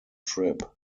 trip